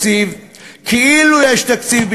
כאילו יש תקציב,